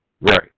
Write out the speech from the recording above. Right